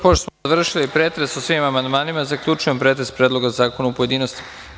Pošto smo završili pretres o svim amandmanima, zaključujem pretres Predloga zakona u pojedinostima.